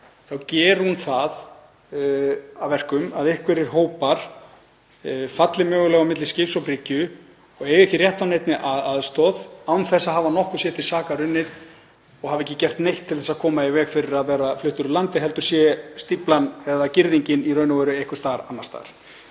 þá geri hún það að verkum að einhverjir hópar falli mögulega á milli skips og bryggju og eigi ekki rétt á neinni aðstoð án þess að hafa nokkuð sér til sakar unnið og hafa ekki gert neitt til þess að koma í veg fyrir að vera fluttir úr landi heldur sé stíflan eða girðingin í raun og veru einhvers staðar annars staðar.